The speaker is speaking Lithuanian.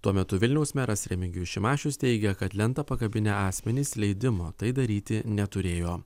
tuo metu vilniaus meras remigijus šimašius teigia kad lentą pakabinę asmenys leidimo tai daryti neturėjo